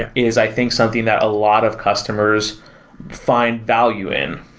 and is i think something that a lot of customers find value in.